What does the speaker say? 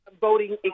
voting